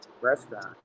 restaurant